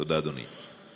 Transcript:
תודה, אדוני.